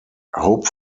hope